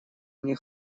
мне